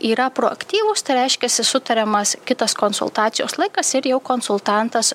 yra proaktyvūstai reiškiasi sutariamas kitos konsultacijos laikas ir jau konsultantas